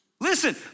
Listen